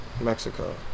Mexico